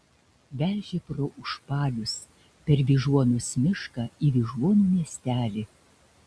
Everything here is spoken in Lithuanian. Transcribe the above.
vežė pro užpalius per vyžuonos mišką į vyžuonų miestelį